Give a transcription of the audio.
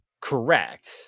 Correct